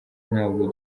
ntabwo